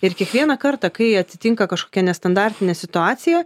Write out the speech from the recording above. ir kiekvieną kartą kai atsitinka kažkokia nestandartinė situacija